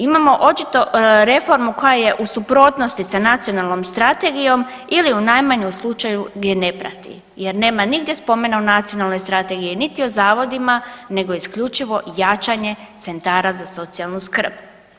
Imamo očito reformu koja je u suprotnosti sa nacionalnom strategijom ili u najmanjem slučaju je ne prati jer nema nigdje spomena u nacionalnoj strategiji niti o zavodima nego isključivo jačanje centara za socijalnu skrb.